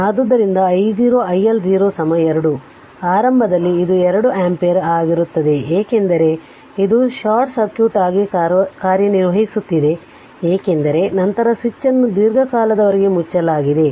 ಆದ್ದರಿಂದ I0 i L0 2 ಆರಂಭದಲ್ಲಿ ಅದು 2 ಆಂಪಿಯರ್ ಆಗಿರುತ್ತದೆ ಏಕೆಂದರೆ ಇದು ಶಾರ್ಟ್ ಸರ್ಕ್ಯೂಟ್ ಆಗಿ ಕಾರ್ಯನಿರ್ವಹಿಸುತ್ತಿದೆ ಏಕೆಂದರೆ ನಂತರ ಸ್ವಿಚ್ ಅನ್ನು ದೀರ್ಘಕಾಲದವರೆಗೆ ಮುಚ್ಚಲಾಗಿದೆ